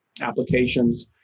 applications